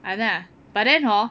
!hanna! but then hor